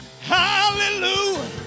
hallelujah